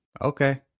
Okay